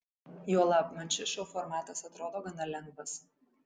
juolab man šis šou formatas atrodo gana lengvas